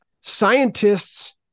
scientists